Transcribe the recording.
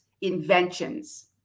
inventions